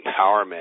empowerment